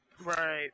Right